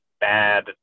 bad